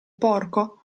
porco